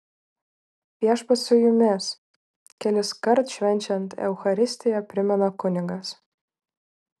viešpats su jumis keliskart švenčiant eucharistiją primena kunigas